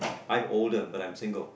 I'm older but I'm single